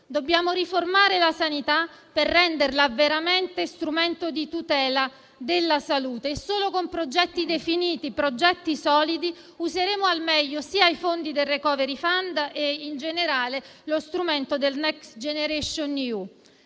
Dobbiamo riformare la sanità per renderla veramente strumento di tutela della salute e solo con progetti definiti e solidi useremo al meglio i fondi del *recovery fund* e, in generale, lo strumento del Next generation EU.